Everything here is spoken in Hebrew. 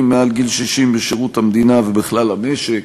מעל גיל 60 בשירות המדינה ובכלל המשק,